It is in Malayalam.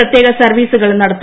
പ്രത്യേക സർവീസുകൾ നടത്തും